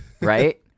Right